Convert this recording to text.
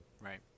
Right